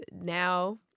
now